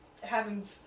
having-